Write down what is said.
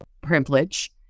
privilege